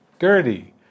Gertie